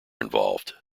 involved